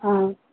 ꯑꯥ